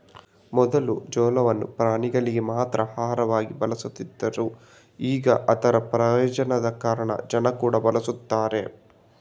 ಮೊದ್ಲು ಜೋಳವನ್ನ ಪ್ರಾಣಿಗಳಿಗೆ ಮಾತ್ರ ಆಹಾರವಾಗಿ ಬಳಸ್ತಿದ್ರೆ ಈಗ ಅದರ ಪ್ರಯೋಜನದ ಕಾರಣ ಜನ ಕೂಡಾ ಬಳಸ್ತಾರೆ